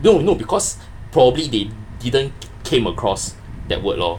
no no because probably they didn't came across that word lor